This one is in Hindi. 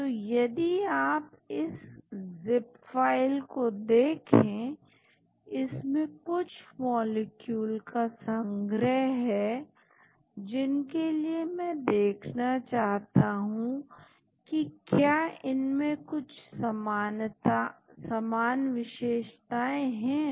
तो यदि आप इस जिप फाइल को देखें इसमें कुछ मॉलिक्यूल का संग्रह है जिनके लिए मैं देखना चाहता हूं कि क्या इनमे कुछ समान विशेषताएं हैं